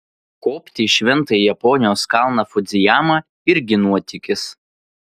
kopti į šventąjį japonijos kalną fudzijamą irgi nuotykis